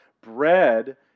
bread